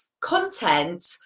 content